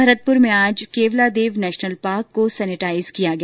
भरतपुर में आज Keoladeo national park को सैनिटाइज किया गया